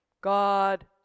god